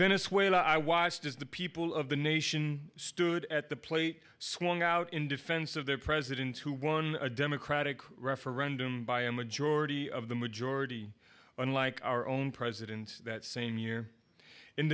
where i watched the people of the nation stood at the plate swung out in defense of their president who won a democratic referendum by a majority of the majority unlike our own president that same year in